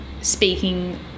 speaking